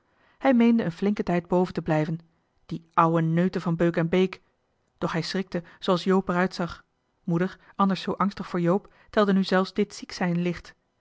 hij meende een flinken tijd boven te blijven die ouwe neuten van beuk en beek doch hij schrikte zooals joop er uitzag moeder anders zoo angstig voor joop telde nu zelfs dit ziek-zijn licht